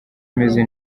ameze